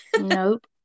Nope